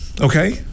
Okay